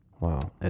wow